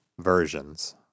versions